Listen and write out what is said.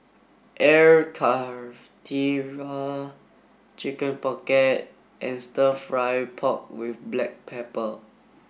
Air Karthira Chicken Pocket and stir fry pork with black pepper